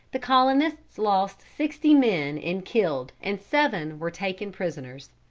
the colonists lost sixty men in killed and seven were taken prisoners.